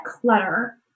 clutter